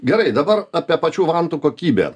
gerai dabar apie pačių vantų kokybę